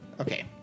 Okay